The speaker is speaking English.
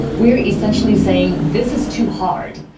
we're essentially saying this is too hard.